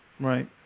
Right